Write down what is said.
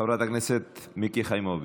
חברת הכנסת מיקי חיימוביץ'.